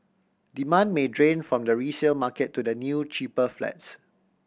demand may drain from the resale market to the new cheaper flats